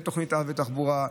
של תוכנית האב לתחבורה בירושלים,